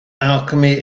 alchemy